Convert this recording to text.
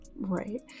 Right